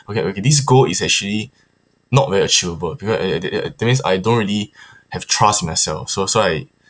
okay okay this goal is actually not very achievable because that that that means I don't really have trust in myself so so I